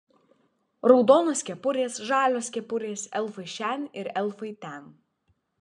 raudonos kepurės žalios kepurės elfai šen ir elfai ten